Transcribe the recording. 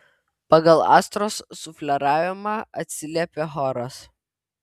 pagal astros sufleravimą atsiliepia choras